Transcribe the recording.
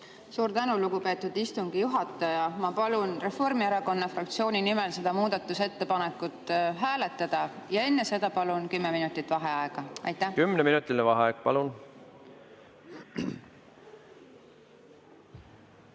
Suur tänu, lugupeetud istungi juhataja! Ma palun Reformierakonna fraktsiooni nimel seda muudatusettepanekut hääletada ja enne seda palun kümme minutit vaheaega. Aitäh! Kümneminutiline vaheaeg. Palun!V